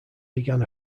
began